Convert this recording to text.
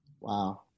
Wow